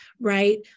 right